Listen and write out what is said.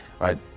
Right